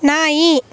ನಾಯಿ